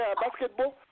basketball